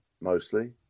mostly